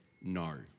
no